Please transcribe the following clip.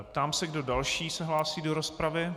Ptám se, kdo další se hlásí do rozpravy.